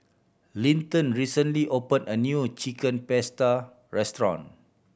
Linton recently opened a new Chicken Pasta restaurant